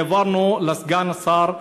העברנו לסגן שר החינוך,